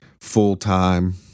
full-time